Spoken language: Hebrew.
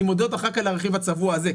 מודד את הקרן רק על הרכיב הצבוע הזה,